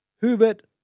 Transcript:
Hubert